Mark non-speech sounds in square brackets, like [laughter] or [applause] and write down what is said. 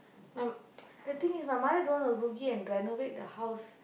my [noise] the thing is my mother don't want to rugi and renovate the house